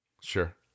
sure